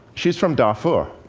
she's from darfur.